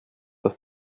dass